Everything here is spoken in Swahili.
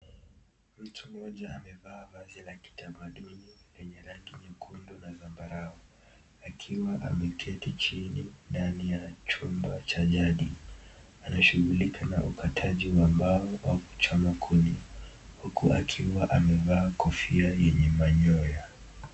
Mtu moja amevaa vazi la kitamanduni lenye rangi nyekundu na zambarau, akiwa ameketi chini ndani ya chumba cha jani, anashungulika na ukataji wa mbao au kuchoma kuni, huku akiwa amevaa kofia yenye mayoya.